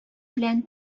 белән